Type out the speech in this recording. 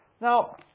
Now